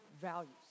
values